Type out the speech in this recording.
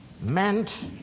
meant